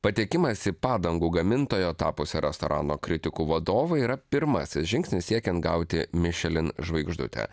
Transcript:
patekimas į padangų gamintojo tapusiu restorano kritikų vadovu yra pirmasis žingsnis siekiant gauti mišelin žvaigždutę